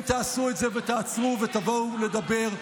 אם תעשו את זה ותעצרו ותבואו לדבר,